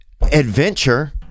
adventure